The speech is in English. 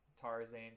Tarzan